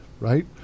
right